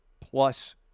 plus